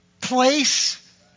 place